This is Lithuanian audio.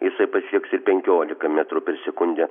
jisai pasieks ir penkiolika metrų per sekundę